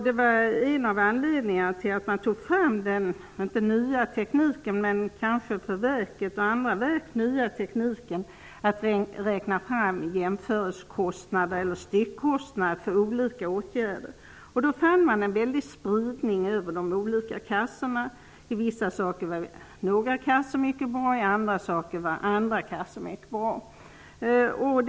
Det var en av anledningarna till att Riksförsäkringsverket fick tillgång till den nya tekniken för att räkna fram jämförelsekostnader, eller styckkostnader, för olika åtgärder. Man fann då en väldig spridning över de olika kassorna. Några kassor var mycket bra på vissa saker, och några kassor var mycket bra på andra saker.